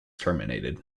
terminated